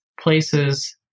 places